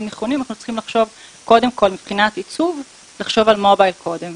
נכונים אנחנו צריכים מבחינת עיצוב לחשוב על מובייל קודם.